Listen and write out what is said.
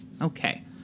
okay